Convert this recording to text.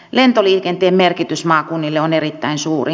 lentoliikenteen merkitys maakunnille on erittäin suuri